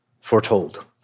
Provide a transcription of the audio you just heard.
foretold